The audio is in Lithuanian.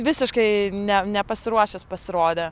visiškai ne nepasiruošęs pasirodė